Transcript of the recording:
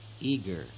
eager